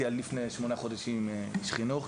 אני עד לפני שמונה חודשים הייתי איש חינוך,